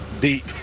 deep